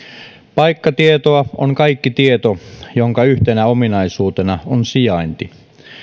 paikkatietoa on kaikki tieto jonka yhtenä ominaisuutena on sijainti